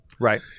right